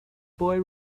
boy